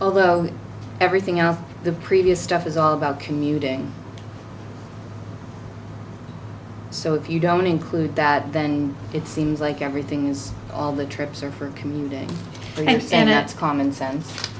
although everything else the previous stuff is all about commuting so if you don't include that then it seems like everything's all the trips are for commuting thanks and that's common sense